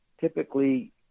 typically